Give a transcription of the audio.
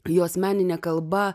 jos meninė kalba